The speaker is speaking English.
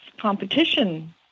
competition